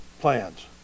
plans